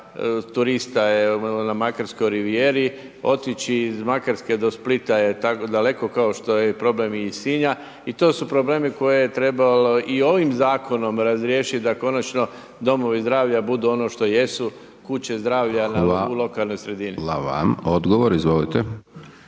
turista je na Makarskoj rivijeri, otići iz Makarske do Splita je tako daleko, kao što je i problem i iz Sinja i to su problemi koje je trebalo i ovim zakonom razriješit da konačno domovi zdravlja budu ono što jesu, kuće zdravlja u lokalnoj sredini.